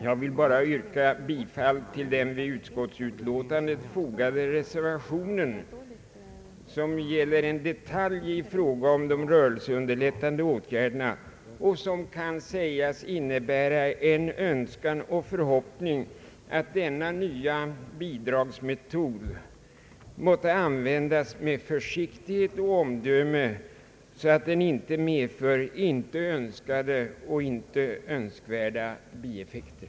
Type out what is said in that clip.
Jag vill bara yrka bifall till den vid utskottsutlåtandet fogade reservationen som gäller en detalj i fråga om de rörelseunderlättande åtgärderna och som kan sägas innebära en önskan och förhoppning att denna nya bidragsmetod måtte användas med försiktighet och omdöme, så att den icke medför ej önskade bieffekter.